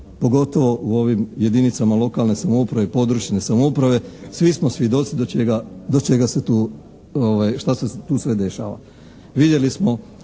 pogotovo u ovim jedinicama lokalne samouprave i područne samouprave svi smo svjedoci do čega, do čega se tu, šta se tu sve dešava? Vidjeli smo